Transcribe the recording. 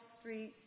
Street